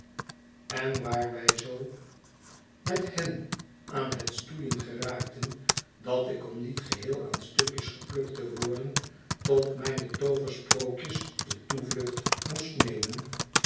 en waar wij zoo met hen aan het stoeien geraakten dat ik om niet geheel aan stukjes geplukt te worden tot mijne tooversprookjes de toevlucht moest nemen